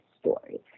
story